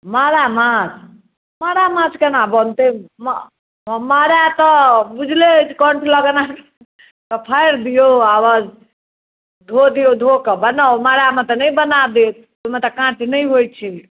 मारा माछ मारा माछ केना बनतै मारा तऽ बुझले अछि कण्ठ लग एना फाड़ि दिऔ आ बस धो दिऔ धोके बनाउ मारामे तऽ नहि बना देत ओहिमे तऽ काँट नहि होइत छै